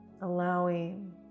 Allowing